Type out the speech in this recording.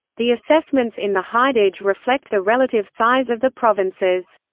the assessments in the hidage reflect the relative size of the provinces.